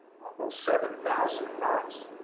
almost seven thousand thoughts,